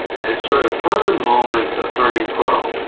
and it's sort of her moment of turning pro.